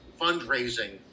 fundraising